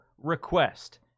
Request